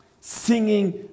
singing